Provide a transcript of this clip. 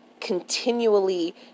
continually